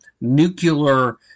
nuclear